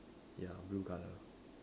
ya blue colour